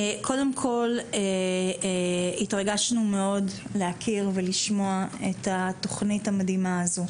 קודם כל התרגשנו מאוד לשמוע על התוכנית המדהימה הזו,